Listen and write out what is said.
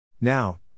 Now